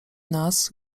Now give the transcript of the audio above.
nas